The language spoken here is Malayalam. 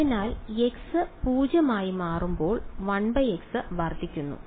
അതിനാൽ x 0 ആയി മാറുമ്പോൾ 1x വർദ്ധിക്കുന്നു